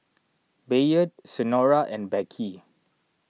Bayard Senora and Beckie